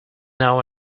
now